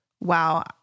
wow